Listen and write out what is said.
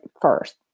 first